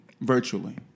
virtually